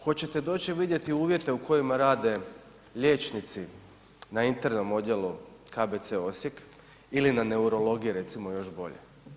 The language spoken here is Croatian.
Hoćete doći vidjeti uvjete u kojima rade liječnici na internom odjelu KBC Osijek, ili na neurologiji recimo još bolje?